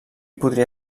podria